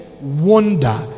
wonder